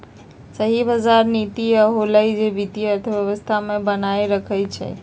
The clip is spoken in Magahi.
सही बजार नीति उ होअलई जे वित्तीय अर्थव्यवस्था के बनाएल रखई छई